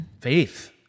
faith